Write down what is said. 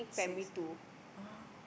six ah ah